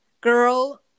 Girl